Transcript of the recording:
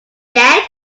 yet